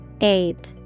Ape